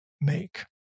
make